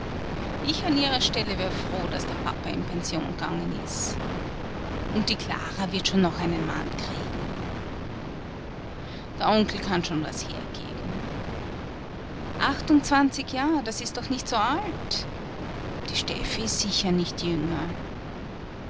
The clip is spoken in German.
ich an ihrer stelle wär froh daß der papa in pension gegangen ist und die klara wird schon noch einen mann kriegen der onkel kann schon was hergeben achtundzwanzig jahr das ist doch nicht so alt die steffi ist sicher nicht jünger